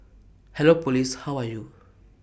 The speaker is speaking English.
hello Police how are you